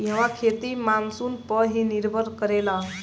इहवा खेती मानसून पअ ही निर्भर करेला